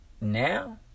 now